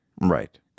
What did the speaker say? Right